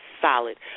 solid